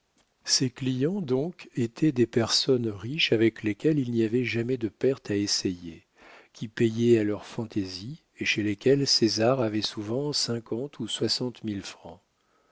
ses clients donc étaient des personnes riches avec lesquelles il n'y avait jamais de pertes à essuyer qui payaient à leur fantaisie et chez lesquelles césar avait souvent cinquante ou soixante mille francs